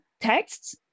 texts